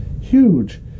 Huge